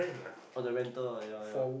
oh the rental ah ya ya